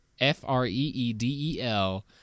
F-R-E-E-D-E-L